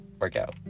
workout